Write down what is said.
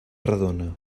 redona